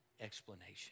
explanation